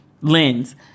lens